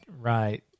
right